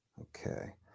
Okay